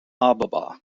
ababa